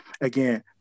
again